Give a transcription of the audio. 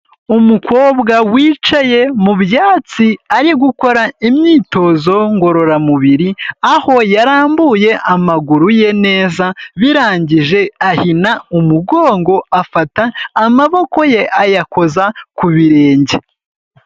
Umukobwa wicaye mu byatsi ari gukora imyitozo ngororamubiri, aho yarambuye amaguru ye neza, birangije ahina umugongo, afata amaboko ye ayakoza ku birenge.